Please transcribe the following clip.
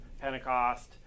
Pentecost